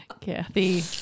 Kathy